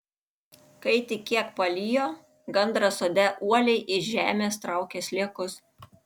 kai tik kiek palijo gandras sode uoliai iš žemės traukė sliekus